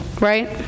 Right